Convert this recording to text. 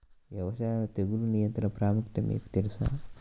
వ్యవసాయంలో తెగుళ్ల నియంత్రణ ప్రాముఖ్యత మీకు తెలుసా?